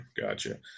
gotcha